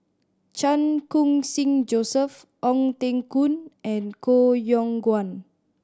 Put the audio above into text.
Chan Khun Sing Joseph Ong Teng Koon and Koh Yong Guan